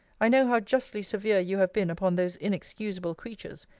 i know how justly severe you have been upon those inexcusable creatures,